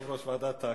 יושב-ראש ועדת הכנסת.